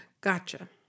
Gotcha